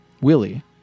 Willie